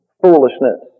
foolishness